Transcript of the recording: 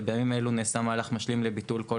ובימים אלו נעשה מהלך משלים לביטול כל